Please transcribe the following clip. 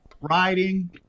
riding